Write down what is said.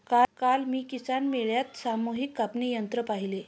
काल मी किसान मेळ्यात सामूहिक कापणी यंत्र पाहिले